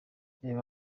reba